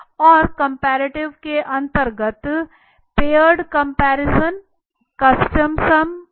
और कम्पेरेटिव के अंतर्गत पेयर्ड कंपैरिजन कांस्टेंट सम आदि